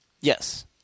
yes